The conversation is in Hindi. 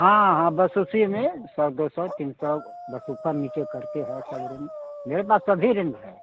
हाँ हाँ बस उसी में सौ दो सौ तीन सौ बस ऊपर नीचे करके मेरे पास सभी रेंज है